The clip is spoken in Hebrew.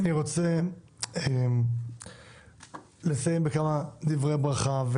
אני רוצה לסיים בכמה דברי ברכה,